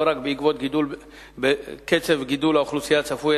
לא רק בעקבות קצב גידול האוכלוסייה הצפוי,